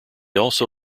also